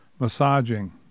massaging